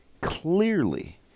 clearly